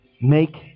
Make